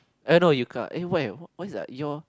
I know you cut eh why your what's that your